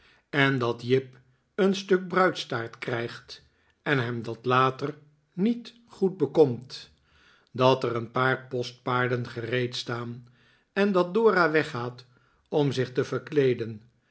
en dat jip een stuk bruidstaart krijgt en hem dat later niet goed bekomt dat er een paar postpaarden gereed staan en dat dora weggaat om zich te verkleeden